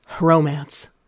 romance